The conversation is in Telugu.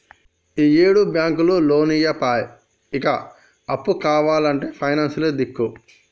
ఈయేడు బాంకులు లోన్లియ్యపాయె, ఇగ అప్పు కావాల్నంటే పైనాన్సులే దిక్కు